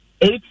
eight